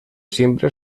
siempre